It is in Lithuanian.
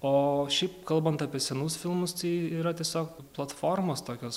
o šiaip kalbant apie senus filmus tai yra tiesiog platformos tokios